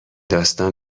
داستان